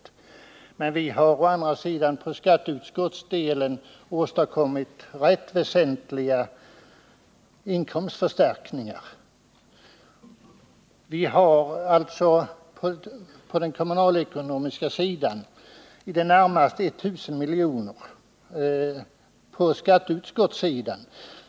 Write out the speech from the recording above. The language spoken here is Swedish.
Men vi har å andra sidan för skatteutskottets del åstadkommit rätt väsentliga inkomstförstärkningar. Vi har alltså i det närmaste 1 000 milj.kr. på skatteutskottssidan.